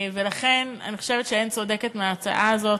לכן אני חושבת שאין צודקת מההצעה הזאת,